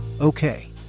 okay